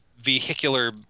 vehicular